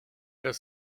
the